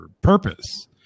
purpose